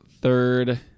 third